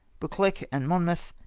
buccleuch and monmouth.